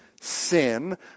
sin